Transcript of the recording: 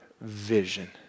vision